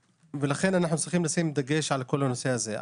לכן אנחנו צריכים לשים דגש על כל הנושא הזה.